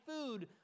food